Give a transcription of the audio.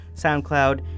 SoundCloud